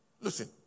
listen